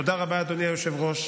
תודה רבה, אדוני היושב-ראש.